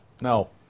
no